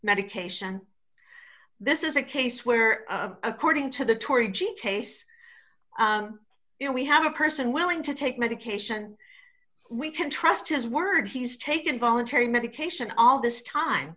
medication this is a case where according to the tory g case you know we have a person willing to take medication we can trust his word he's taken voluntary medication all this